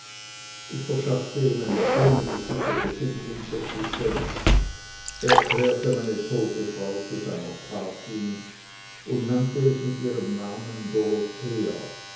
ich verschaffte ihm eine schöne gesicherte findlingsexistenz erklärte meine tote frau zu seiner patin und nannte es mit ihrem namen dorothea